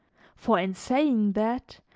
for in saying that,